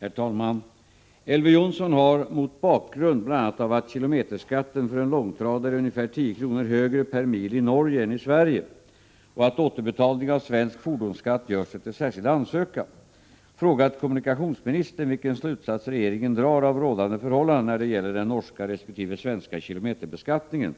Herr talman! Elver Jonsson har, mot bakgrund bl.a. av att kilometerskatten för en långtradare är ungefär 10 kr. högre per mil i Norge än i Sverige och att återbetalning av svensk fordonsskatt görs efter särskild ansökan, frågat kommunikationsministern vilken slutsats regeringen drar av rådande förhållanden när det gäller den norska resp. svenska kilometerbeskattningen